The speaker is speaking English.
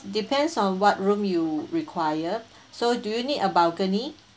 depends on what room you require so do you need a balcony